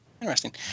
Interesting